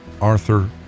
Arthur